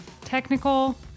technical